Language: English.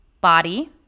body